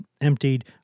emptied